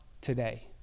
today